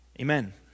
Amen